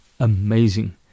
amazing